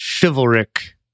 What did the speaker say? chivalric